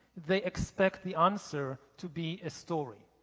they expect the answer to be a story.